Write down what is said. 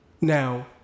Now